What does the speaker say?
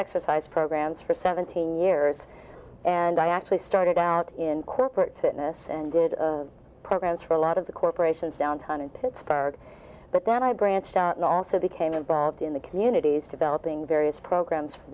exercise programs for seventeen years and i actually started out in corporate fitness and did programs for a lot of the corporations downtown in pittsburgh but then i branched also became involved in the communities developing various programs